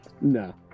No